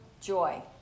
joy